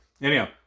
Anyhow